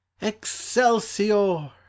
Excelsior